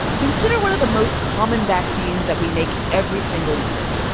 consider one of the most common vaccines that we make every single year,